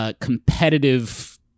competitive